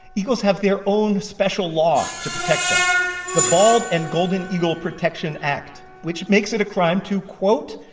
eagles have their own special law to protect them the bald and golden eagle protection act, which makes it a crime to, quote,